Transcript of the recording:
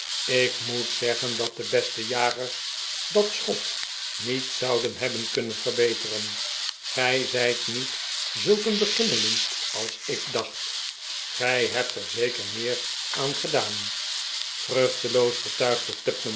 ik moet zeggen dat de beste jager dat schot niet zou hebben kunnen verbeteren gij zijt niet zulk een beginrieling als ik dacht gij hebt er zeker meer aan gedaan vruchteloos betuigde